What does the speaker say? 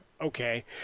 Okay